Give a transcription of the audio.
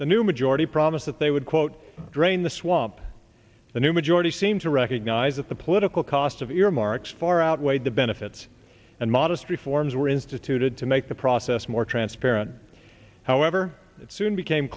the new majority promised that they would quote drain the swamp the new majority seem to recognize that the political cost of earmarks far outweighed the benefits and modest reforms were instituted to make the process more transparent however it soon became